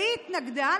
והיא התנגדה,